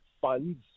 funds